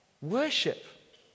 worship